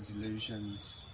delusions